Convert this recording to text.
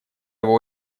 его